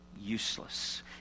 Useless